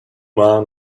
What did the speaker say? man